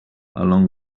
along